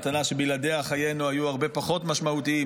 מתנה שבלעדיה חיינו היו הרבה פחות משמעותיים.